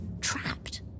Trapped